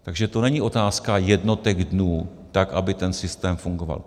Takže to není otázka jednotek dnů, tak aby ten systém fungoval.